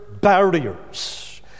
barriers